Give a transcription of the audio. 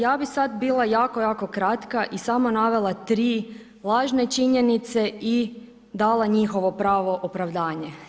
Ja bih sada bila jako, jako kratka i samo navela tri lažne činjenice i dala njihovo pravo opravdanje.